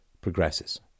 progresses